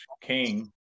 king